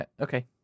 Okay